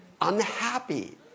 unhappy